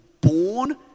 born